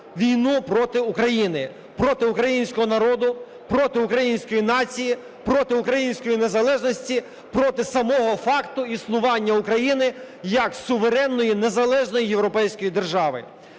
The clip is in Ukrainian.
війну проти України, проти українського народу, проти української нації, проти української незалежності, проти самого факту існування України як суверенної, незалежної європейської держави.